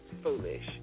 foolish